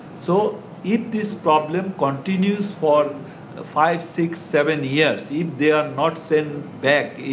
so if this problem continues for five six seven years if they are not sent back,